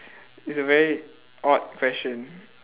it's a very odd question